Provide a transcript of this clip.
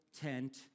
tent